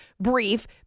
brief